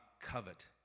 covet